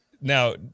Now